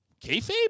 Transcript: Kayfabe